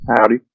Howdy